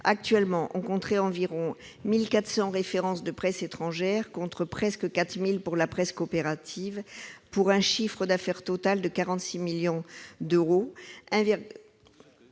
Actuellement, on compterait environ 1 400 références de presse étrangère, contre près de 4 000 pour la presse coopérative, pour un chiffre d'affaires total de 46 millions d'euros.